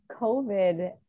COVID